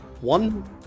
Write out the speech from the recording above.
One